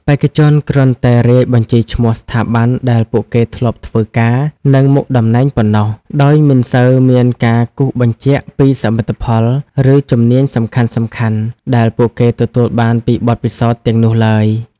បេក្ខជនគ្រាន់តែរាយបញ្ជីឈ្មោះស្ថាប័នដែលពួកគេធ្លាប់ធ្វើការ និងមុខតំណែងប៉ុណ្ណោះ ដោយមិនសូវមានការគូសបញ្ជាក់ពីសមិទ្ធផល ឬជំនាញសំខាន់ៗដែលពួកគេទទួលបានពីបទពិសោធន៍ទាំងនោះឡើយ។